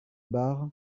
bar